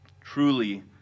truly